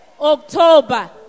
October